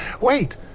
Wait